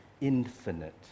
infinite